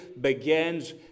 begins